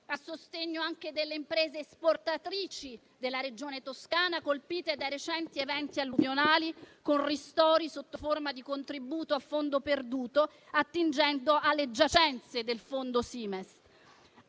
a sostegno anche delle imprese esportatrici della Regione Toscana colpite dai recenti eventi alluvionali, con ristori sotto forma di contributo a fondo perduto, attingendo alle giacenze del fondo SIMEST.